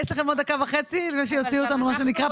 יש לכם עוד דקה וחצי לפני שיוציאו אותנו בכוח.